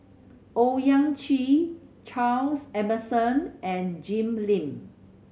Owyang Chi Charles Emmerson and Jim Lim